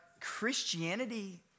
Christianity